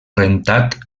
rentat